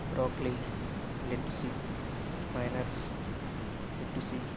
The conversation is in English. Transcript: broccoli lettuce miners lettuce